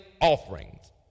offerings